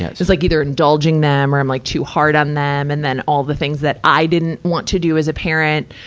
yeah it's it's like other indulging them or i'm like too hard on them. and then, all the things that i didn't want to do as a parent,